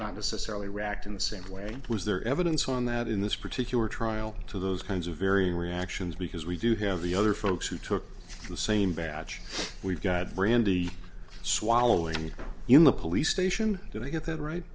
not necessarily react in the same way was there evidence on that in this particular trial to those kinds of varying reactions because we do have the other folks who took the same batch we've got brandy swallowing me in the police station did i get that right